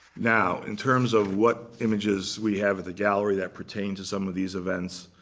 now, in terms of what images we have at the gallery that pertain to some of these events,